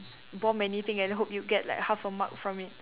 bomb anything and hope you get like half a mark from it